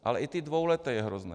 Ale i to dvouleté je hrozné.